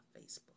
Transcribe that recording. Facebook